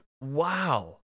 Wow